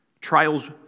Trials